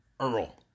Earl